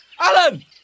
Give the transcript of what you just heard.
Alan